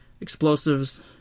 explosives